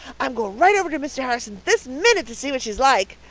i'm going right over to mr. harrison's this minute to see what she's like.